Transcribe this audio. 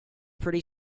pretty